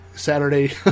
Saturday